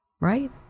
Right